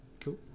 Cool